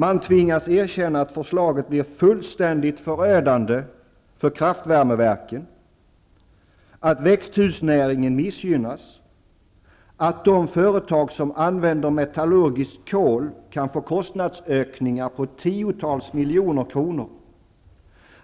Man tvingas erkänna att förslaget blir fullständigt förödande för kraftvärmeverken, att växthusnäringen missgynnas, att de företag som använder metallurgiskt kol kan få kostnadsökningar på tiotals miljoner kronor,